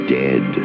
dead